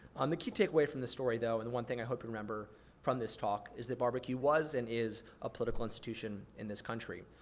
um the key takeaway from the story though and one thing i hope you remember from this talk, is that barbecue was and is a political institution in this country.